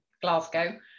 Glasgow